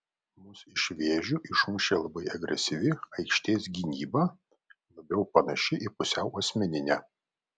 mus iš vėžių išmušė labai agresyvi aikštės gynyba labiau panaši į pusiau asmeninę